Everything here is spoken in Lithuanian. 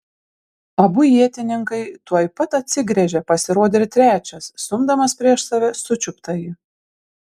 abu ietininkai tuoj pat atsigręžė pasirodė ir trečias stumdamas prieš save sučiuptąjį